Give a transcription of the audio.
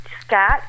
Scott